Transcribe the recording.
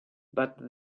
but